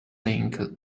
link